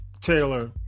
Taylor